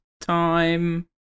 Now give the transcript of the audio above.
time